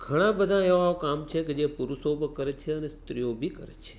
ઘણા બધા એવા કામ છે કે જે પુરુષો તો કરે જ છે અને સ્ત્રીઓ બિ કરે છે